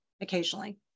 occasionally